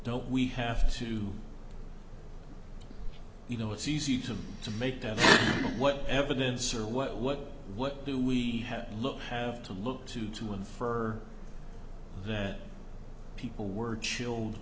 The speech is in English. don't we have to you know it's easy to make that what evidence or what what what do we have to look have to look to to infer that people were chilled